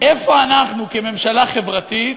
איפה אנחנו, כממשלה חברתית,